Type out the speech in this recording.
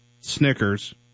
Snickers